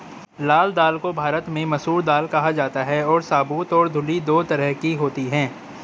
लाल दाल को भारत में मसूर दाल कहा जाता है और साबूत और धुली दो तरह की होती है